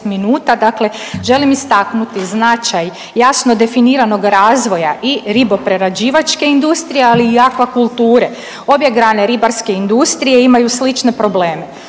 dakle želim istaknuti značaj jasno definiranog razvoja i riboprerađivačke industrije, ali i akvakulture. Obje grane ribarske industrije imaju slične probleme.